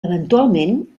eventualment